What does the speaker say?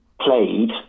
played